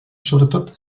sobretot